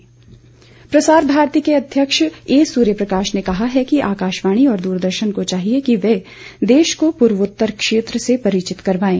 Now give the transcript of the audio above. प्रसार भारती प्रसार भारती के अध्यक्ष ए सूर्यप्रकाश ने कहा है कि आकाशवाणी और दूरदर्शन को चाहिए कि वह देश को पूर्वोत्तर क्षेत्र से परिचित करवाएं